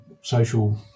social